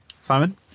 Simon